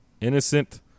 innocent